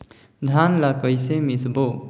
धान ला कइसे मिसबो?